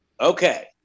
Okay